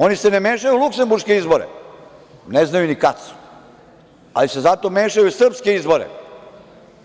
Oni se ne mešaju u luksemburške izbore, ne znaju ni kad su, ali se zato mešaju u srpske izbore,